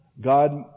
God